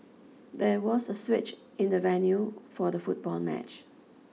there was a switch in the venue for the football match